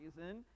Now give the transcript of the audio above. reason